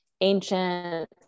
ancient